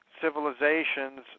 civilizations